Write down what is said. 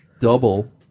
double